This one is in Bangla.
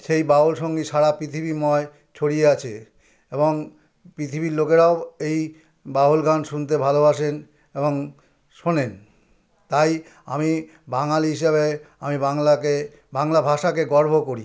সেই বাউল সঙ্গীত সারা পৃথিবীময় ছড়িয়ে আছে এবং পৃথিবীর লোকেরাও এই বাউল গান শুনতে ভালোবাসেন এবং শোনেন তাই আমি বাঙালি হিসাবে আমি বাংলাকে বাংলা ভাষাকে গর্ব করি